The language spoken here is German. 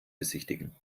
besichtigen